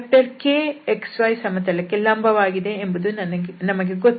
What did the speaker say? vector k x y ಸಮತಲಕ್ಕೆ ಲಂಬವಾಗಿದೆ ಎಂದು ನಮಗೆ ಗೊತ್ತು